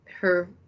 her-